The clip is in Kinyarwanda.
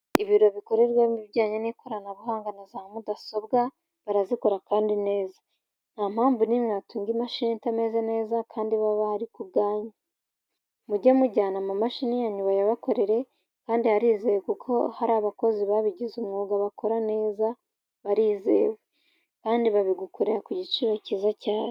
Ibiro bikorerwamo ibijyanye n'ikoranabuhanga na za mudasobwa barazikora kandi neza. Nta mpamvu n'imwe watunga imashini itameze neza kandi baba bahari ku bwanyu. Mujye mujyana amamashini yanyu bayabakorere kandi harizewe kuko hari abakozi babigize umwuga bakora neza barizewe, kandi babigukorera ku giciro cyiza cyane.